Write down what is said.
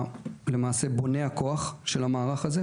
למעשה בוני בניין הכוח של המערך הזה.